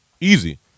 Easy